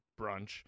brunch